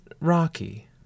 rocky